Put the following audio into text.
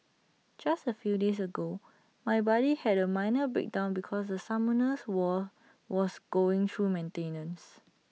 just A few days ago my buddy had A minor breakdown because Summoners war was going through maintenance